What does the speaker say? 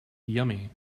yummy